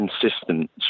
consistent